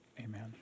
amen